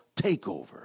takeover